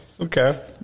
Okay